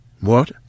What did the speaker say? What